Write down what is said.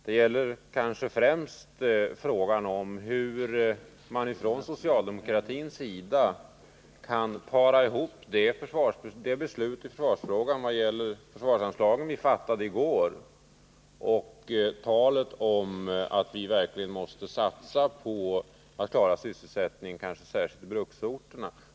Det gäller främst frågan om hur man från socialdemokratins sida kan para ihop det beslut om försvarsanslagen som vi fattade i går med talet om att vi verkligen måste satsa på att klara sysselsättningen, särskilt i bruksorterna.